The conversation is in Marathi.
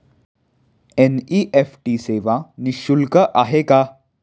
एन.इ.एफ.टी सेवा निःशुल्क आहे का?